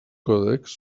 còdecs